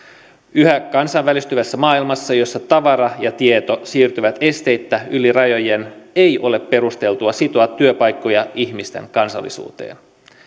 yhä kansainvälistyvämmässä maailmassa jossa tavara ja tieto siirtyvät esteittä yli rajojen ei ole perusteltua sitoa työpaikkoja ihmisten kansallisuuteen